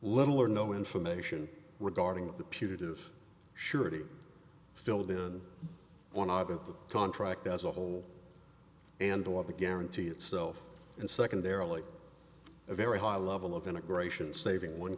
little or no information regarding the putative surety filled in one out of the contract as a whole and what the guarantee itself and secondarily a very high level of integration saving one